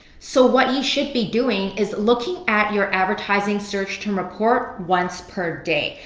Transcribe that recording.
so what you should be doing is looking at your advertising search term report once per day.